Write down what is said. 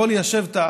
לבוא וליישב את הארץ.